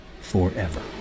forever